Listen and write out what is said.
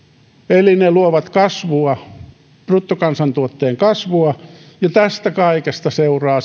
eli ne luovat bruttokansantuotteen kasvua tästä kaikesta seuraa